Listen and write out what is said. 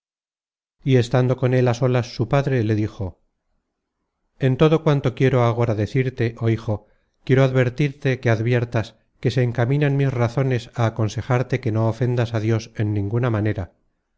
y estando con él á solas su padre le dijo en todo cuanto quiero agora decirte oh hijo quiero advertirte que adviertas que se encaminan mis razones á aconsejarte que no ofendas á dios en ninguna manera